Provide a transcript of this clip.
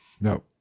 No